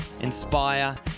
inspire